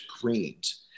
greens